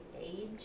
age